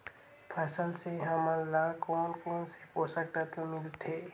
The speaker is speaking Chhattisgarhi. फसल से हमन ला कोन कोन से पोषक तत्व मिलथे?